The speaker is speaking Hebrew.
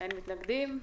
אין מתנגדים.